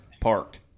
parked